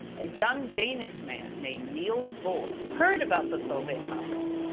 a young danish man named niels bohr heard about the solvay conference.